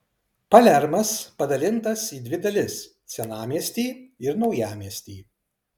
palermas padalintas į dvi dalis senamiestį ir naujamiestį